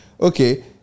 Okay